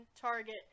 target